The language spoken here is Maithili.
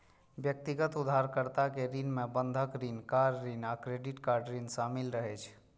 व्यक्तिगत उधारकर्ता के ऋण मे बंधक ऋण, कार ऋण आ क्रेडिट कार्ड ऋण शामिल रहै छै